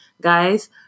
Guys